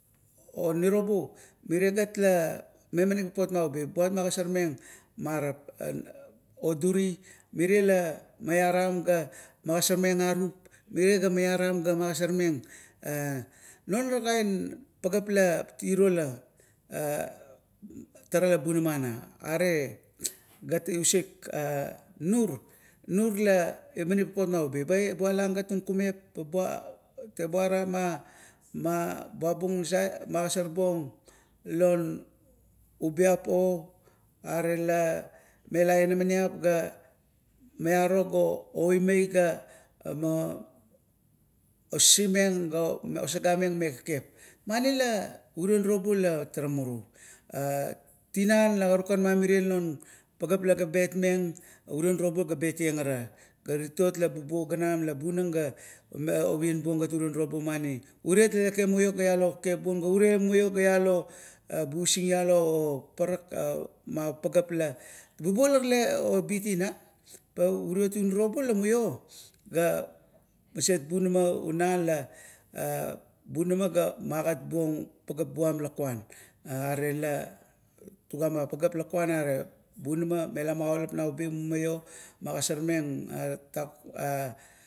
Onirobu meregat la memaning papot oduri, mere la maiaram ga magasormeng arup, mere la maiaram ga magosormeng nonara pageap la mamait, na irio tara la bunama ana. Are gat usik nur, nur la imaneng papot ma ubiap, ba bualang gat un kumep, ba tebuara ba buabung nasit, ba magosor buong non ubiapo, are la mela inamaniap ga osagameng me kekep. Muana la ure nirobu latara muru etinan la karuka mamirie no pageap la betmeng, urio nirobu gat bet iang arar. La titot la bubuong garam la bunang ga ovien buong gat urio nirubu man ni. Uriet la ialo kekep bu, ga ure muio ga busiala oma pagaep la bubuo tale obit tinan. Pa uriot u nirobu la muio ga maset bunama una ga agat buong pageap buam lakuan. Aret la, tuguma pageap lukuan are punama mela magaulap nau ubi, mumaio magasormeng tatak